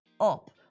up